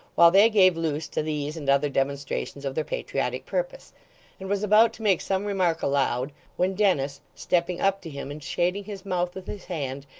while they gave loose to these and other demonstrations of their patriotic purpose and was about to make some remark aloud, when dennis, stepping up to him, and shading his mouth with his hand,